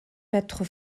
peintre